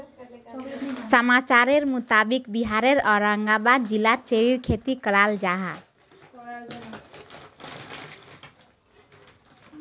समाचारेर मुताबिक़ बिहारेर औरंगाबाद जिलात चेर्रीर खेती कराल जाहा